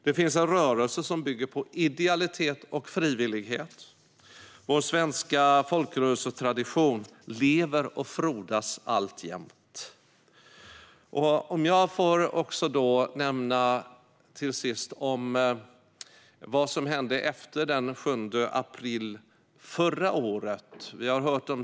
Det finns en rörelse som bygger på idealitet och frivillighet. Vår svenska folkrörelsetradition lever och frodas alltjämt. Vi har hört om 2015, men jag vill även nämna vad som hände efter den 7 april förra året.